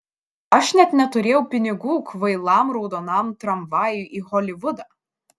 aš net neturėjau pinigų kvailam raudonam tramvajui į holivudą